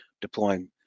deploying